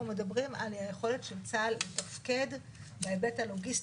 מדברים על היכולת של צה"ל לתפקד בהיבט הלוגיסטי,